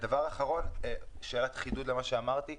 דבר אחרון, שאלת חידוד למה שאמרתי.